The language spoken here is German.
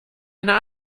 einer